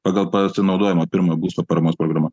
pagal pasinaudojamo pirmojo būsto paramos programa